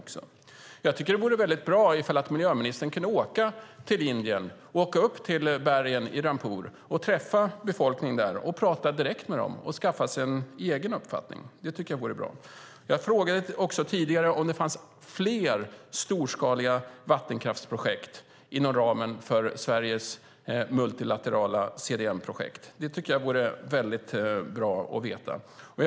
Det vore bra om miljöministern kunde åka till Indien, åka upp till bergen i Rampur, träffa befolkningen där, prata direkt med dem och skaffa sig en egen uppfattning. Det tycker jag vore bra. Jag frågade tidigare om det fanns fler storskaliga vattenkraftsprojekt inom ramen för Sveriges multilaterala CDM-projekt. Det vore väldigt bra att få veta det.